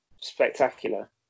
spectacular